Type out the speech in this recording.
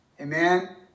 Amen